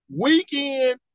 weekend